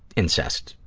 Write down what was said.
incest.